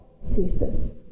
ceases